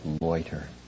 loiter